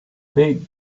big